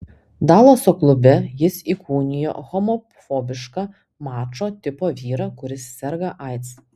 dalaso klube jis įkūnijo homofobišką mačo tipo vyrą kuris serga aids